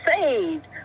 saved